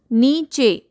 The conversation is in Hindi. नीचे